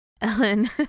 Ellen